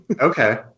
Okay